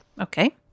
Okay